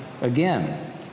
again